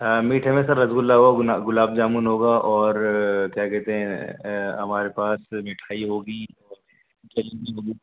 ہاں میٹھے میں سر رسگلا ہو گُلاب جامن ہو گا اور کیا کہتے ہیں ہمارے پاس مٹھائی ہوگی اور جلیبی ہوگی